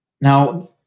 Now